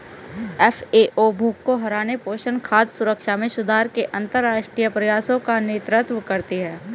FAO भूख को हराने, पोषण, खाद्य सुरक्षा में सुधार के अंतरराष्ट्रीय प्रयासों का नेतृत्व करती है